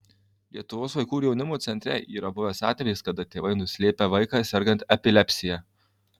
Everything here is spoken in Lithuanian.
lietuvos vaikų ir jaunimo centre yra buvęs atvejis kada tėvai nuslėpė vaiką sergant epilepsija